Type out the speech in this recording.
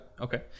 Okay